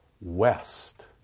west